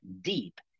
deep